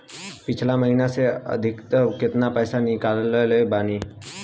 पिछला महीना से अभीतक केतना पैसा ईकलले बानी?